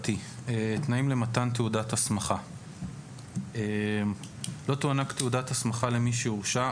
תנאים למתן תעודת הסמכה 2ג. (א)לא תוענק תעודת הסמכה למי שהורשע,